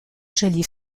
jolies